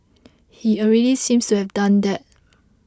he already seems to have done that